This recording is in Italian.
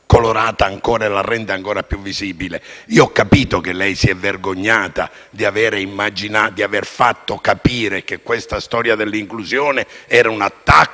colorata e la rende ancora più visibile. Io ho capito, signor Ministro, che lei si è vergognata di aver fatto capire che questa storia dell'inclusione fosse un attacco